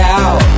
out